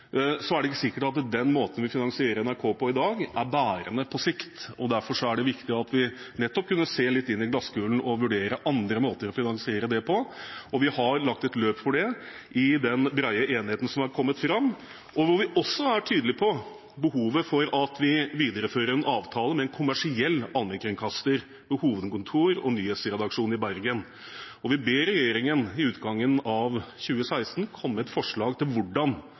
på i dag, er bærende på sikt. Derfor er det nettopp viktig at vi kan se litt inn i glasskulen og vurdere andre måter å finansiere det på, og vi har lagt et løp for det i den brede enigheten som har kommet fram. Vi er også tydelige på behovet for at vi viderefører en avtale med en kommersiell allmennkringkaster med hovedkontor og nyhetsredaksjon i Bergen, og vi ber regjeringen ved utgangen av 2016 komme med et forslag til hvordan